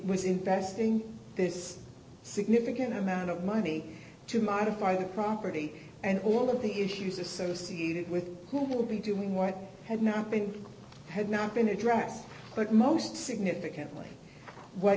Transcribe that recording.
was investing this significant amount of money to modify the property and all of the issues associated with who will be doing what had not been had not been addressed but most significantly what